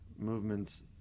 movements